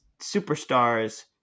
superstars